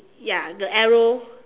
ya the arrow